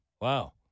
Wow